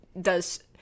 does-